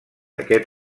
aquest